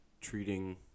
treating